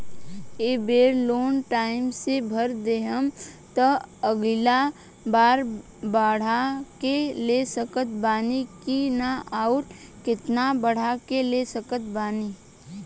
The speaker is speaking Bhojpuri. ए बेर लोन टाइम से भर देहम त अगिला बार बढ़ा के ले सकत बानी की न आउर केतना बढ़ा के ले सकत बानी?